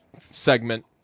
segment